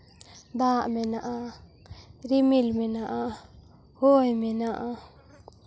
ᱫᱟᱜ ᱢᱮᱱᱟᱜᱼᱟ ᱨᱤᱢᱤᱞ ᱢᱮᱱᱟᱜᱼᱟ ᱦᱚᱭ ᱢᱮᱱᱟᱜᱼᱟ